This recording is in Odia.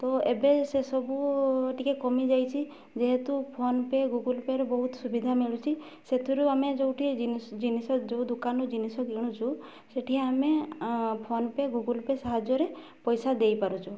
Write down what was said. ତ ଏବେ ସେସବୁ ଟିକେ କମିଯାଇଛି ଯେହେତୁ ଫୋନପେ ଗୁଗୁଲ୍ ପେରେ ବହୁତ ସୁବିଧା ମିଳୁଛି ସେଥିରୁ ଆମେ ଯେଉଁଠି ଜିନିଷ ଯେଉଁ ଦୋକାନରୁ ଜିନିଷ କିଣୁଛୁ ସେଠି ଆମେ ଫୋନପେ ଗୁଗୁଲ୍ ପେ ସାହାଯ୍ୟରେ ପଇସା ଦେଇ ପାରୁଛୁ